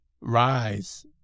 rise